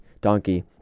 Donkey